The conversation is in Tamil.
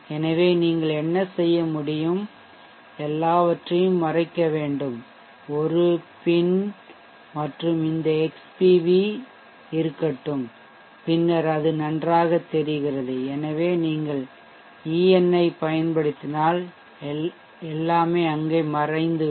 எனவே நீங்கள் என்ன செய்ய முடியும் எல்லாவற்றையும் மறைக்க வேண்டும் ஒரு PIN மற்றும் இந்த எக்ஸ்பிவி இருக்கட்டும் பின்னர் அது நன்றாகத் தெரிகிறது எனவே நீங்கள் EN ஐப் பயன்படுத்தினால் எல்லாமே அங்கே மறைந்துவிடும்